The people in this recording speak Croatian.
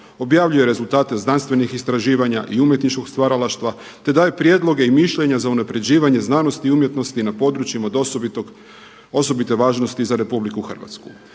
objavljuje rezultate znanstvenih istraživanja i umjetničkog stvaralaštva, te daje prijedloge i mišljenja za unapređivanje znanosti i umjetnosti na područjima od osobite važnosti za RH.